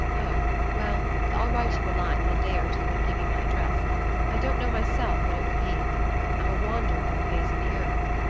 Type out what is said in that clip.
oh well, i'll write you a line in a day or two and give you my address i don't know myself what it will be i'm a wanderer on the face of the earth.